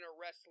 wrestling